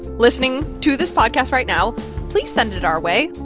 listening to this podcast right now please send it our way.